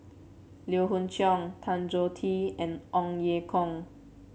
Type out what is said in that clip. Lee Hoon Leong Tan Choh Tee and Ong Ye Kung